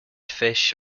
fish